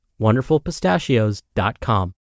wonderfulpistachios.com